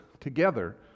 together